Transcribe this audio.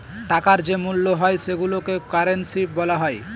টাকার যে মূল্য হয় সেইগুলোকে কারেন্সি বলা হয়